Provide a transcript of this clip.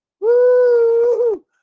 Woo